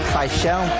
paixão